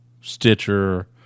Stitcher